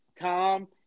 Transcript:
Tom